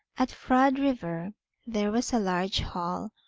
at frod river there was a large hall,